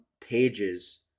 pages